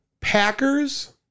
packers